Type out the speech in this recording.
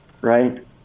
Right